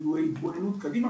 עם התבוננות קדימה,